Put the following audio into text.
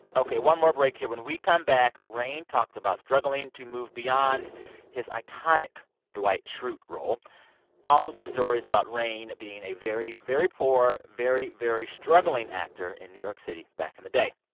ok. one more break, here. when we come back, rainn talks about struggling to move beyond his iconic dwight schrute role also, some stories about rainn being a very, very poor, very, very struggling actor in new york city back in the day.